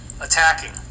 attacking